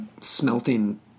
smelting